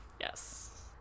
Yes